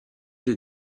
les